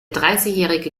dreißigjährige